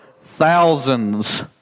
thousands